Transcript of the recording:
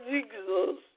Jesus